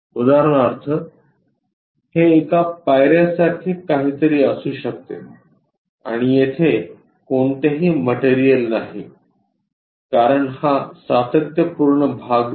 उदाहरणार्थ हे एका पायर्यासारखे काहीतरी असू शकते आणि येथे कोणतेही मटेरियल नाही कारण हा सातत्यपूर्ण भाग नाही